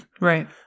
right